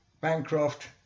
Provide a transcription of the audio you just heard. Bancroft